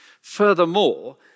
Furthermore